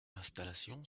installation